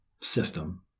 system